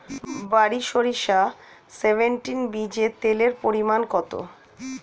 বারি সরিষা সেভেনটিন বীজে তেলের পরিমাণ কত?